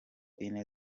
ine